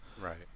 Right